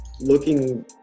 looking